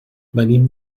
venim